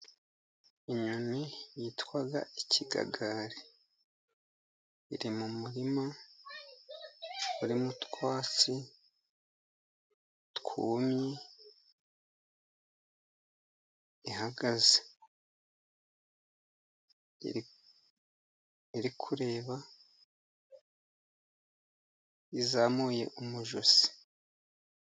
Inyoni yitwa ikigagari, iri mu murima urimo utwatsi twumye, ihagaze irikureba izamuye umujosi.